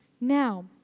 Now